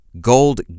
Gold